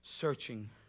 Searching